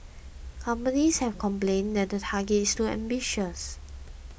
companies have complained that the target is too ambitious